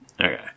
Okay